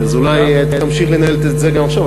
אז אולי תמשיך לנהל את זה גם עכשיו,